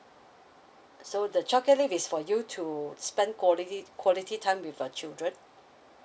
uh so the childcare leave is for you to spend quality quality time with your children